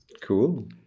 Cool